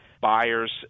buyers